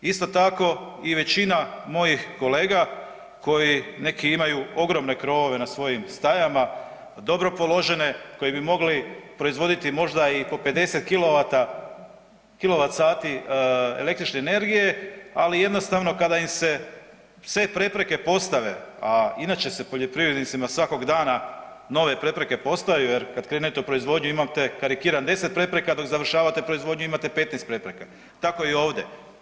Isto tako i većina mojih kolega koji neki imaju ogromne krovove na svojim stajama, dobro položene koji bi mogli proizvoditi i možda i po 50 kW/h električne energije, ali jednostavno kada im se sve prepreke postave, a inače se poljoprivrednicima svakog dana nove prepreke postavljaju jer kada krenete u proizvodnju imate, karikiram 10 prepreka, dok završavate proizvodnju imate 15 prepreka, tako i ovdje.